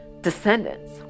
descendants